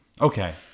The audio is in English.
Okay